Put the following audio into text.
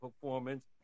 performance